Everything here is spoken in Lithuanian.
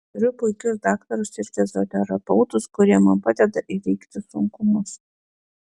turiu puikius daktarus ir fizioterapeutus kurie man padeda įveikti sunkumus